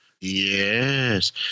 Yes